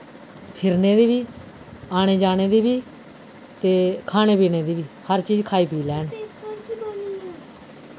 फिरने दी बी आने जाने दी बी ते खाने पीने दी बी हर चीज खाई पी लैन